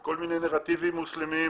כל מיני נרטיבים מוסלמיים.